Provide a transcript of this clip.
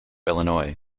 illinois